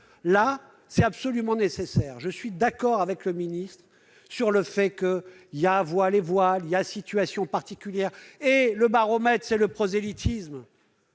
loi est absolument nécessaire. Je suis d'accord avec le ministre sur le fait qu'il y a voile et voile, que chaque situation est particulière et que le baromètre doit être le prosélytisme.